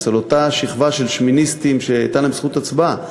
לאותה שכבה של שמיניסטים שהייתה להם זכות הצבעה.